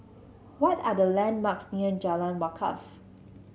what are the landmarks near Jalan Wakaff